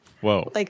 Whoa